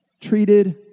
treated